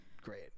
great